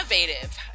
innovative